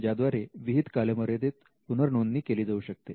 ज्याद्वारे विहित कालमर्यादेत पुनरनोंदणी केली जाऊ शकते